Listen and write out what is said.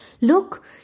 Look